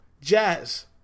Jazz